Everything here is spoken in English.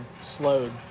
slowed